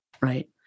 Right